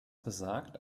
besagt